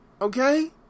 Okay